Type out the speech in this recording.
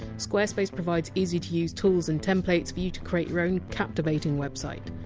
squarespace provides easy to use tools and templates for you to create your own captivating website.